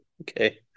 okay